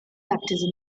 baptism